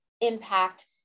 impact